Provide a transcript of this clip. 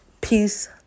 Peace